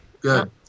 good